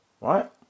right